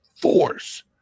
force